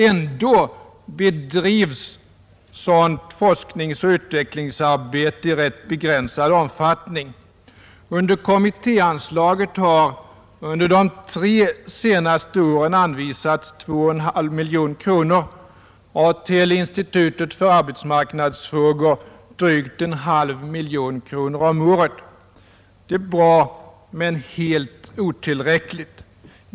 Ändå bedrivs sådant forskningsoch utvecklingsarbete i rätt begränsad omfattning. Under kommittéanslaget har under de tre senaste åren anvisats 2,5 miljoner kronor och till institutet för arbetsmarknadsfrågor drygt en halv miljon kronor om året. Det är bra men helt otillräckligt.